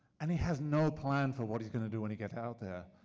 and he has no plan for what he's gonna do when he gets out there.